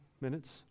minutes